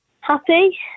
Happy